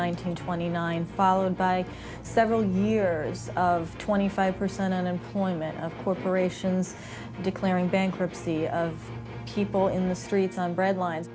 thousand twenty nine followed by several years of twenty five percent unemployment of corporations declaring bankruptcy of people in the streets on bread line